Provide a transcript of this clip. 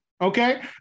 okay